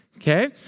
Okay